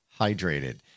hydrated